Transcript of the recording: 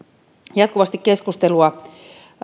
jatkuvasti keskustelua